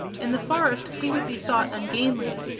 in the forest he would be thought ungainly,